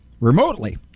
remotely